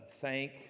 thank